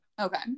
okay